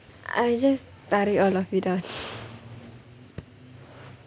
I just tarik all of you down